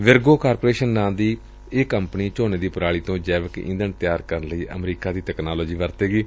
Virgo corporation ਨਾਂ ਦੀ ਇਕ ਕੰਪਨੀ ਝੋਨੇ ਦੀ ਪਰਾਲੀ ਤੋ ਜੈਵਿਕ ਈਧਣ ਤਿਆਰ ਕਰਨ ਲਈ ਅਮਰੀਕਾ ਦੀ ਤਕਨਾਲੋਜੀ ਵਰਤੇਗੀ